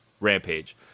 Rampage